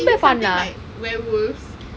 is it something like werewolves